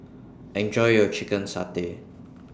Enjoy your Chicken Satay